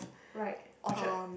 right Orchard